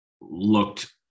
looked